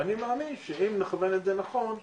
ואני מאמין שאם נכוון את זה נכון,